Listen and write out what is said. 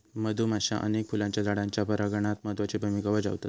मधुमाश्या अनेक फुलांच्या झाडांच्या परागणात महत्त्वाची भुमिका बजावतत